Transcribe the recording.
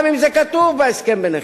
גם אם זה כתוב בהסכם ביניכם.